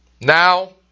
Now